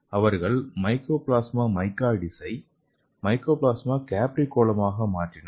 அவர்கள் மைக்கோபிளாஸ்மா மைக்கோயிட்ஸை மைக்கோபிளாஸ்மா கேப்ரிகோலமாக மாற்றினர்